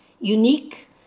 Unique